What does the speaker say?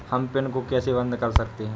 हम पिन को कैसे बंद कर सकते हैं?